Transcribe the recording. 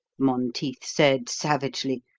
monteith said savagely,